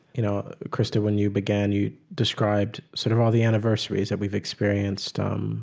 you know, krista when you began you described sort of all the anniversaries that we've experienced um